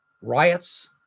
riots